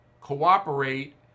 cooperate